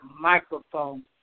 microphone